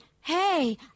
hey